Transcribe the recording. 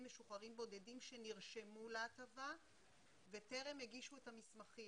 משוחררים בודדים שנרשמו להטבה וטרם הגישו את המסמכים.